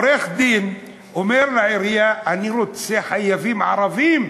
העורך-דין אומר לעירייה: אני רוצה חייבים ערבים.